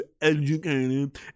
educated